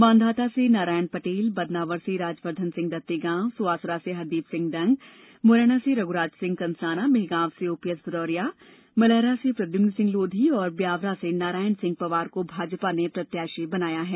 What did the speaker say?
मांधाता से नारायण पटेल बदनावर से राजवर्धन सिंह दत्तीगांव सुवासरा से हरदीप सिंह डंग मुरैना से रघुराज सिंह कंषाना मेहगांव से ओपीएस भदौरिया मलहरा से प्रद्युम्न सिंह लोधी और ब्यावरा से नारायण सिंह पवार को भाजपा ने प्रत्याशी बनाया है